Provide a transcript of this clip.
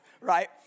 right